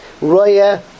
Roya